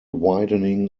widening